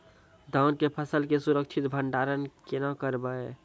धान के फसल के सुरक्षित भंडारण केना करबै?